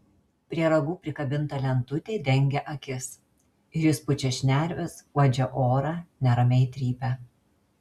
prie ragų prikabinta lentutė dengia akis ir jis pučia šnerves uodžia orą neramiai trypia